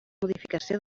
modificació